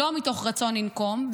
לא מתוך רצון לנקום.